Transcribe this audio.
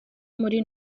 muri